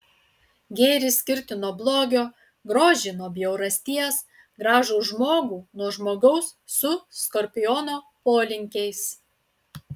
gėrį skirti nuo blogio grožį nuo bjaurasties gražų žmogų nuo žmogaus su skorpiono polinkiais